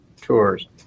tours